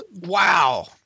Wow